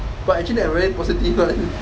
but actually I very positive one